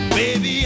Baby